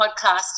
podcast